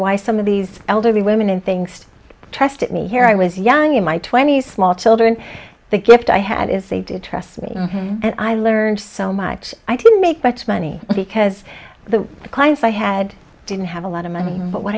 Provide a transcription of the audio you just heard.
why some of these elderly women and things trust me here i was young in my twenty's small children the gift i had is they did trust me and i learned so much i didn't make much money because the clients i had didn't have a lot of money but wh